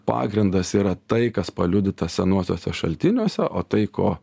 pagrindas yra tai kas paliudyta senuosiuose šaltiniuose o tai ko